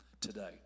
today